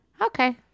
Okay